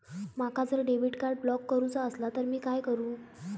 माका जर debit card block करूचा असला तर मी काय करू?